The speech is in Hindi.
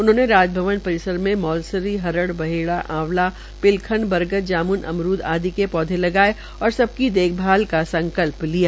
उन्होंने राजभवन परिसर मे मौलसरी हरड़ बहेड़ा आंवला पिलखन बरगद जाम्न अमरूद आदि के पौधे लगाये और सबकी देखभाल का संकल्प लिया